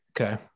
Okay